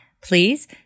please